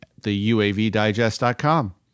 theuavdigest.com